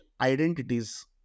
identities